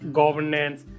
governance